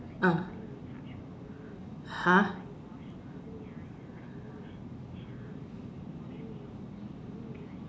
!huh!